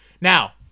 Now